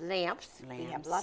lay ups and they have blo